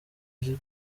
ariko